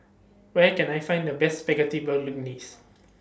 Where Can I Find The Best Spaghetti Bolognese